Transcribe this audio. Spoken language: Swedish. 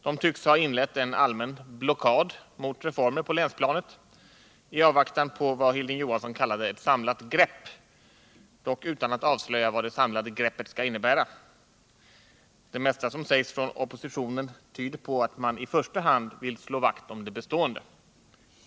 De tycks ha inlett en allmän blockad mot reformer på länsplanet i avvaktan på vad Hilding Johansson kallade ett samlat grepp, dock utan att avslöja vad det samlade greppet skall innebära. Det mesta som sägs från oppositionen tyder på att man i första hand vill slå vakt om det bestående.